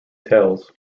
tells